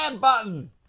button